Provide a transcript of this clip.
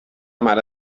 mare